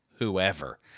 Whoever